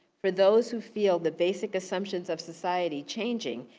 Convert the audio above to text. for those who feel the basic assumptions of society changing,